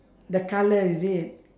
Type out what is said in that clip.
the colour is it